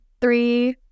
three